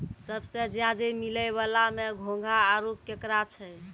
सबसें ज्यादे मिलै वला में घोंघा आरो केकड़ा छै